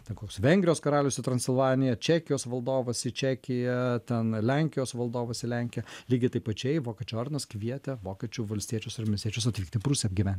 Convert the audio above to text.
ten koks vengrijos karalius į transilvaniją čekijos valdovas į čekiją ten lenkijos valdovas į lenkiją lygiai taip pačiai vokiečių ordinas kvietė vokiečių valstiečius ir miestiečius atvykt į prūsiją apgyven